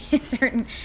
certain